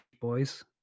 boys